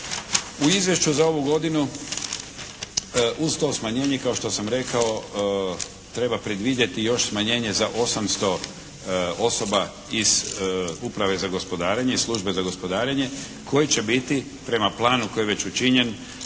U izvješću za ovu godinu uz to smanjenje kao što sam rekao treba predvidjeti još smanjenje za 800 osoba iz uprave za gospodarenje, iz službe za gospodarenje koji će biti prema planu koji je već učinjen